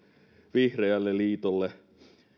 vihreälle liitolle